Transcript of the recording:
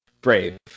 Brave